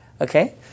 Okay